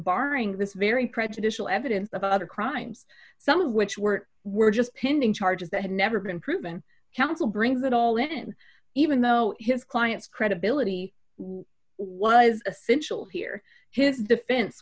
barring this very prejudicial evidence of other crimes some of which were were just pending charges that had never been proven counsel brings it all in even though it has clients credibility was essential here his defense